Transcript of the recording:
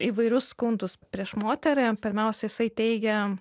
įvairius skundus prieš moterį pirmiausia jisai teigė